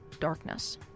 darkness